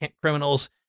criminals